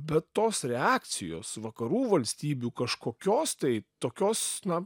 bet tos reakcijos vakarų valstybių kažkokios tai tokios na